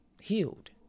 Healed